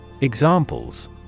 Examples